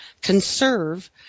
conserve